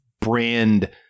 brand